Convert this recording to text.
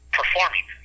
performing